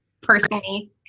personally